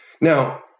Now